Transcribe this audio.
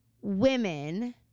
women